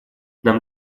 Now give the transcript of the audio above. нам